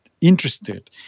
interested